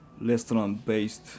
restaurant-based